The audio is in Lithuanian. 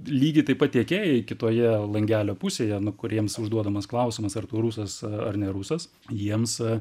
lygiai taip pat tiekėjai kitoje langelio pusėje nu kuriems užduodamas klausimas ar tu rusas ar ne rusas jiems